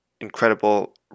incredible